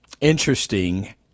interesting